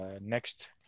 next